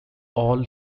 all